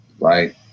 right